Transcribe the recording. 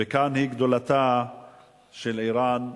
וכאן היא גדולתה של ער"ן,